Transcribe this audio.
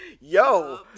Yo